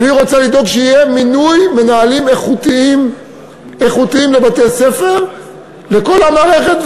והיא רוצה לדאוג שימונו מנהלים איכותיים לבתי-הספר בכל המערכת,